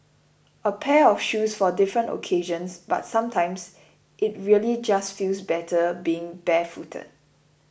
a pair of shoes for different occasions but sometimes it really just feels better being barefooted